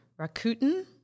Rakuten